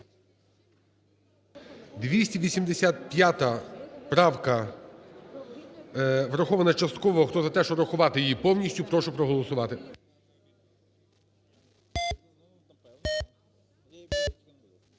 285 правка врахована частково. Хто за те, щоб врахувати її повністю, прошу проголосувати.